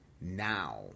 now